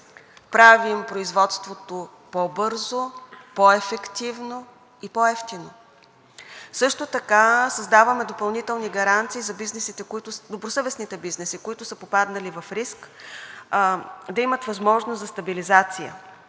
правим производството по-бързо, по-ефективно и по-евтино. Също така създаваме допълнителни гаранции за добросъвестните бизнеси, които са попаднали в риск, да имат възможност за стабилизация,